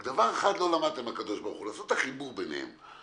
רק דבר אחד לא למדתם מהקב"ה - לעשות את החיבור ביניהם.